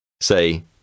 Say